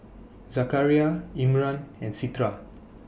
Zakaria Imran and Citra